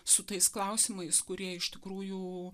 su tais klausimais kurie iš tikrųjų